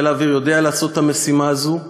חיל האוויר יודע לעשות את המשימה הזאת,